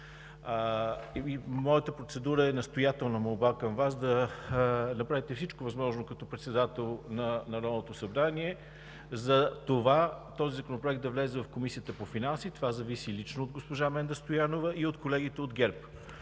Моята процедура е настоятелна молба към Вас да направите всичко възможно като председател на Народното събрание този законопроект да влезе в Комисията по бюджет и финанси. Това зависи лично от госпожа Менда Стоянова и от колегите от ГЕРБ.